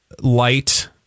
light